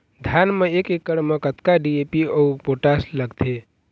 धान म एक एकड़ म कतका डी.ए.पी अऊ पोटास लगथे?